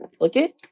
okay